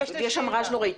יש שם רעש נוראי.